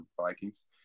Vikings